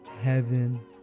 heaven